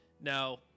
Now